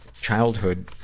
childhood